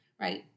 right